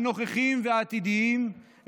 הנוכחיים והעתידיים,